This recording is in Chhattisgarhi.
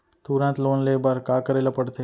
तुरंत लोन ले बर का करे ला पढ़थे?